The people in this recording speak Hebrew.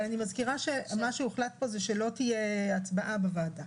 אבל אני מזכירה שמה שהוחלט פה זה שלא תהיה הצבעה בוועדה,